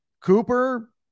Cooper